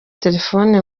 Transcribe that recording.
telefone